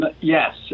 Yes